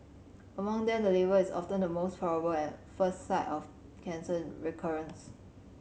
among them the liver is often the most probable and first site of cancer recurrence